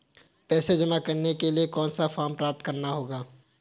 पैसा जमा करने के लिए कौन सा फॉर्म प्राप्त करना होगा?